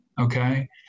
Okay